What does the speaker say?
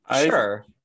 Sure